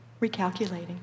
Recalculating